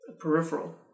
peripheral